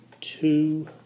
two